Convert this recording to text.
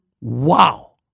Wow